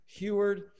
Heward